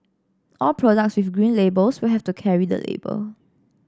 all products with Green Labels will have to carry the label